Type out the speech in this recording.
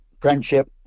friendship